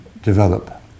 develop